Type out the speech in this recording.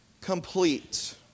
complete